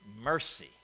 mercy